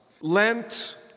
Lent